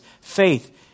faith